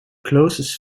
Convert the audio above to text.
closest